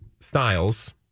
Styles